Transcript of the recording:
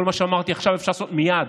כל מה שאמרתי עכשיו אפשר לעשות מייד.